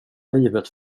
livet